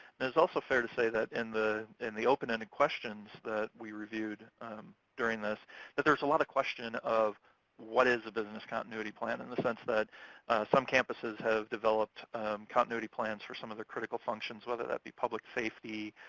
also fair to say that in the in the open-ended questions that we reviewed during this that there's a lot of question of what is a business continuity plan in the sense that some campuses have developed continuity plans for some of their critical functions, whether that be public safety